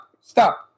Stop